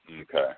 Okay